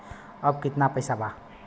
अब कितना पैसा बा?